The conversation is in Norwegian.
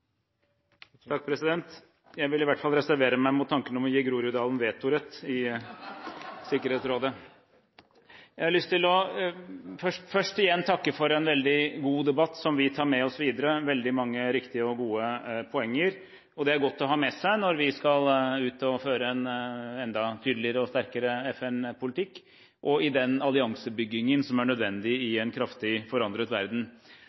Jeg vil i hvert fall reservere meg mot tanken på å gi Groruddalen vetorett i Sikkerhetsrådet. Jeg har lyst til først igjen å takke for en veldig god debatt, som vi tar med oss videre. Det har vært veldig mange riktige og gode poenger. Det er godt å ha med seg når vi skal ut og føre en enda tydeligere og sterkere FN-politikk og i den alliansebyggingen som er nødvendig i en kraftig forandret verden.